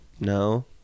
No